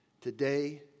Today